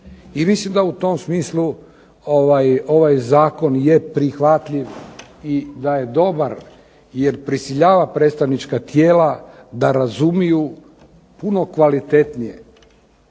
I mislim da u tom smislu ovaj zakon je prihvatljiv i da je dobar, jer prisiljava predstavnička tijela da razumiju puno kvalitetnije,